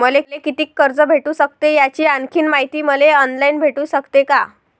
मले कितीक कर्ज भेटू सकते, याची आणखीन मायती मले ऑनलाईन भेटू सकते का?